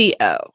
.co